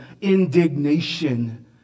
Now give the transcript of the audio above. indignation